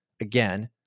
again